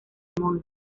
monte